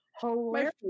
hilarious